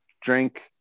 drink